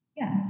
yes